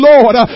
Lord